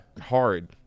Hard